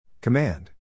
Command